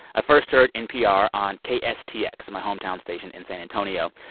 first heard npr on kstx, my hometown station in san antonio.